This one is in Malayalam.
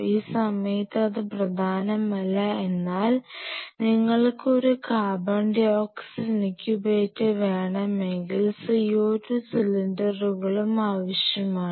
ഈ സമയത്ത് അത് പ്രധാനമല്ല എന്നാൽ നിങ്ങൾക്ക് ഒരു CO2 ഇൻക്യുബേറ്റർ വേണമെങ്കിൽ CO2 സിലിണ്ടറുകളും ആവശ്യമാണ്